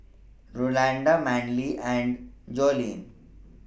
Rolanda Manly and Jolene